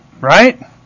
right